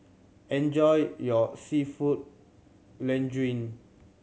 enjoy your Seafood Linguine